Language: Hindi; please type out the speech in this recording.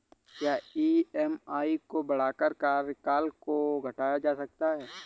क्या ई.एम.आई को बढ़ाकर कार्यकाल को घटाया जा सकता है?